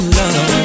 love